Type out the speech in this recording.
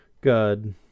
good